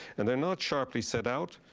and they're not sharply set out,